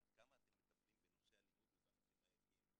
עד כמה אתם מטפלים בנושא אלימות ובנושאים הערכיים,